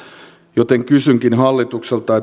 joten kysynkin hallitukselta